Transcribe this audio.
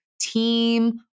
team